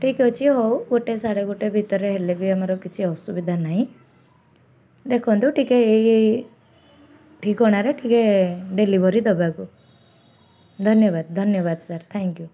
ଠିକ୍ ଅଛି ହଉ ଗୋଟେ ସାଢ଼େ ଗୋଟେ ଭିତରେ ହେଲେ ବି ଆମର କିଛି ଅସୁବିଧା ନାହିଁ ଦେଖନ୍ତୁ ଟିକେ ଏଇ ଏଇ ଠିକଣାରେ ଟିକେ ଡେଲିଭରି ଦବାକୁ ଧନ୍ୟବାଦ ଧନ୍ୟବାଦ ସାର୍ ଥ୍ୟାଙ୍କ ୟୁ